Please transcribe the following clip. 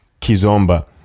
Kizomba